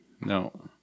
no